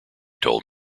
told